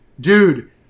Dude